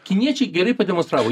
kiniečiai gerai pademonstravo